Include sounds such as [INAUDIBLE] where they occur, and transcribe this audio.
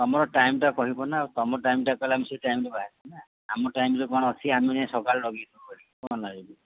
ତୁମର ଟାଇମ୍ଟା କହିବନା ଆଉ ତୁମ ଟାଇମ୍ଟା କହିଲେ ଆମେ ସେଇ ଟାଇମ୍ରେ ବାହାରିଯିବା ନା ଆମ ଟାଇମ୍ରେ କ'ଣ ଅଛି ଆମେ ଯାଇଁ ସକାଳୁ [UNINTELLIGIBLE]